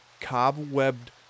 cobwebbed